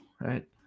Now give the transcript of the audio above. right